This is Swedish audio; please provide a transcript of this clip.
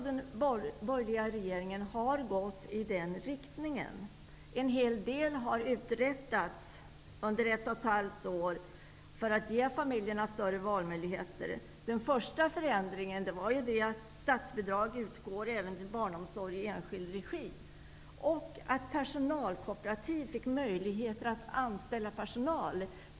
Den borgerliga regeringens beslut har gått i den riktningen, och en hel del har uträttats under ett och ett halvt år när det gäller att ge familjerna bättre valmöjligheter. Den första förändringen var att statsbidrag kom att utgå även till barnomsorg i enskild regi och att personalkooperativ fick möjlighet att anställa personal på andra villkor.